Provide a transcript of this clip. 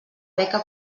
beca